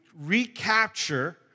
recapture